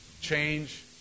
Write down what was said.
change